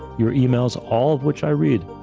your emails, all of which i read,